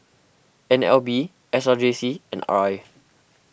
N L B S R J C and R I